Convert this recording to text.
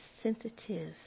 sensitive